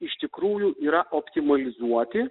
iš tikrųjų yra optimalizuoti